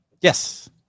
Yes